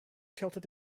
tilted